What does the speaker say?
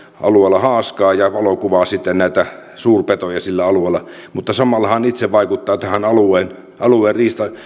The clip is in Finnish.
alueella haaskaa ja valokuvaa näitä suurpetoja mutta samalla hän itse vaikuttaa tämän alueen